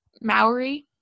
Maori